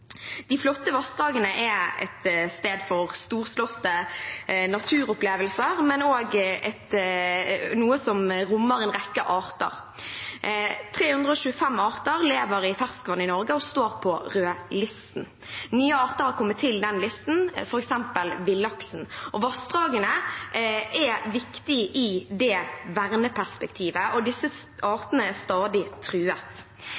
De flotte vassdragene er et sted for storslåtte naturopplevelser, men også noe som rommer en rekke arter. 325 arter lever i ferskvann i Norge og står på rødlisten. Nye arter har kommet til den listen, f.eks. villaksen. Vassdragene er viktige i det verneperspektivet, og disse artene er stadig truet.